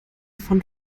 von